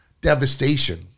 devastation